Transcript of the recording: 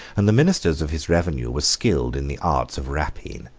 and the ministers of his revenue were skilled in the arts of rapine.